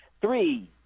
three